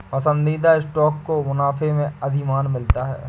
पसंदीदा स्टॉक को मुनाफे में अधिमान मिलता है